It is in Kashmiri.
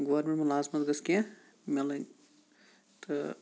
گورمنٹ مُلازمَت گٔژھ کینٛہہ مِلٕنۍ تہٕ